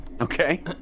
Okay